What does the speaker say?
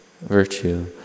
virtue